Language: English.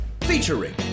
Featuring